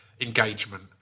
engagement